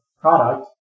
product